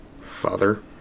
Father